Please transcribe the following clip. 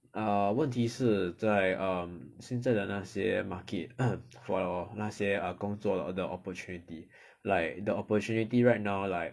err 问题是在 um 现在的那些 market for 那些 err 工作 the opportunity like the opportunity right now like err 没有说很大 for um 音乐室因为现在